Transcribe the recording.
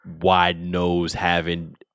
wide-nose-having